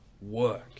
work